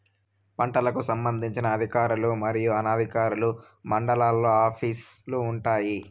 పంటలకు సంబంధించిన అధికారులు మరియు అనధికారులు మండలాల్లో ఆఫీస్ లు వుంటాయి?